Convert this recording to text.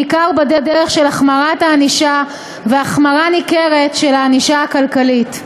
בעיקר בדרך של החמרת הענישה והחמרה ניכרת של הענישה הכלכלית.